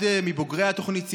אחד מבוגרי התוכנית סיפר: